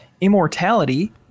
immortality